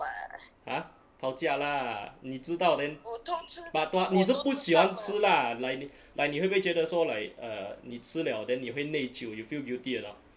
!huh! tao jiak lah 你知道 but 你是不喜欢吃 lah like 你 like 你会不会觉得说 like err 你吃了:ni chi liao then 你会内疚 you feel guilty or not